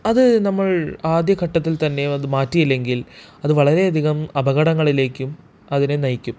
അത് നമ്മൾ ആദ്യ ഘട്ടത്തിൽ തന്നെ അത് മാറ്റിയില്ലെങ്കിൽ അത് വളരെയധികം അപകടങ്ങളിലേക്കും അതിനെ നയിക്കും